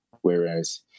Whereas